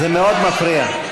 זה מאוד מפריע.